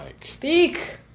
Speak